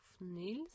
Nils